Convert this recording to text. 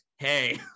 hey